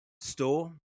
store